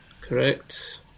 Correct